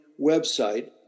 website